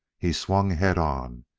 he swung head on,